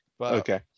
Okay